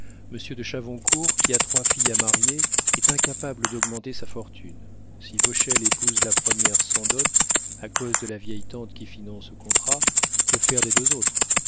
monsieur de chavoncourt qui a trois filles à marier est incapable d'augmenter sa fortune si vauchelles épouse la première sans dot à cause de la vieille tante qui finance au contrat que faire des deux autres